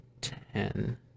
Ten